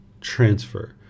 transfer